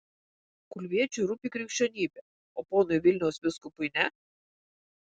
kulviečiui rūpi krikščionybė o ponui vilniaus vyskupui ne